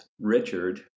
Richard